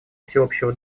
всеобщего